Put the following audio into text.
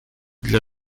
для